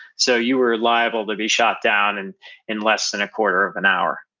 so you were liable to be shot down and in less than a quarter of an hour.